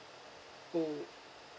mm